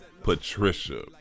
Patricia